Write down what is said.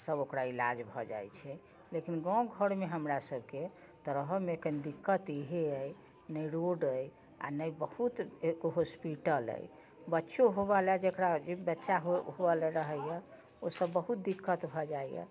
आओर सब ओकरा इलाज भऽ जाइ छै लेकिन गाँव घरमे हमरा सबके तऽ रहऽमे कनी दिक्कत अइहे अइ ने रोड अइ आओर ने बहुत हॉस्पिटल अइ बच्चो होबे लए जकरा बच्चा होबे लए रहैए उसब बहुत दिक्कत भऽ जाइए